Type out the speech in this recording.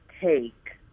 take